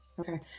Okay